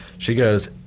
she goes,